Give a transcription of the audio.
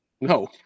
no